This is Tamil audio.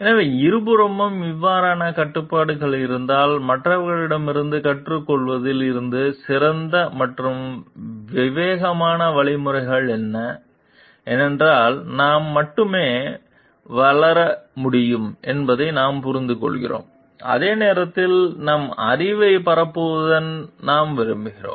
எனவே இருபுறமும் இவ்வாறான கட்டுப்பாடுகள் இருந்தால் மற்றவர்களிடமிருந்து கற்றுக்கொள்வதில் இருந்து சிறந்த மற்றும் விவேகமான வழிமுறைகள் என்ன ஏனென்றால் நாம் மட்டுமே வளர முடியும் என்பதை நாம் புரிந்துகொள்கிறோம் அதே நேரத்தில் நம் அறிவைப் பரப்புவதை நாம் விரும்புகிறோம்